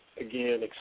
Again